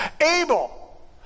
Abel